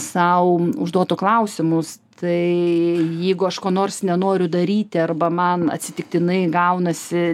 sau užduotų klausimus tai jeigu aš ko nors nenoriu daryti arba man atsitiktinai gaunasi